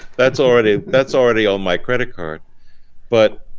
that's already that's already on my credit card but